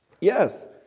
yes